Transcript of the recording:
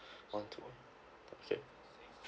okay okay